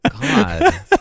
God